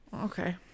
okay